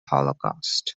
holocaust